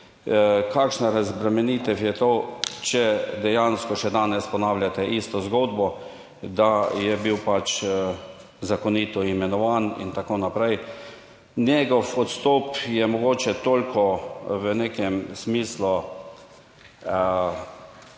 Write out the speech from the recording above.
Kakšna razbremenitev je to, če dejansko še danes ponavljate isto zgodbo, da je bil pač zakonito imenovan in tako naprej. Njegov odstop je mogoče toliko v nekem smislu,